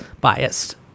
biased